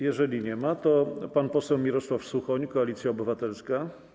Jeżeli posła nie ma, to pan poseł Mirosław Suchoń, Koalicja Obywatelska.